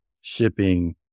shipping